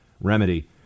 remedy